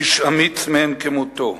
איש אמיץ מאין כמותו,